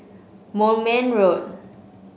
Moulmein Road